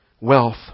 wealth